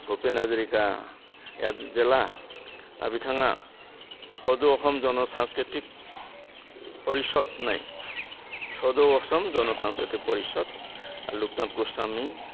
भुपेन हाज'रिकाया जेब्ला बिथाङा हद'खन जन' सान्सक्रिटिक परिसद होन्नाय सद'सन जन' सान्सक्रिटिक परिसद लखनाथ ग'सवामि